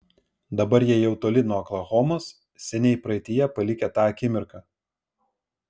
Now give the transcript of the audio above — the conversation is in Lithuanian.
dabar jie jau toli nuo oklahomos seniai praeityje palikę tą akimirką